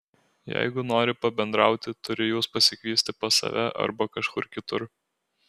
jeigu nori pabendrauti turi juos pasikviesti pas save arba kažkur kitur